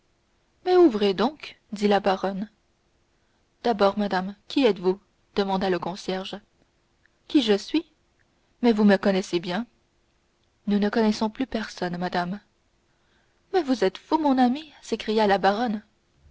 mais ouvrez donc dit la baronne d'abord madame qui êtes-vous demanda le concierge qui je suis mais vous me connaissez bien nous ne connaissons plus personne madame mais vous êtes fou mon ami s'écria la baronne